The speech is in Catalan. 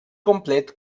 complet